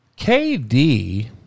KD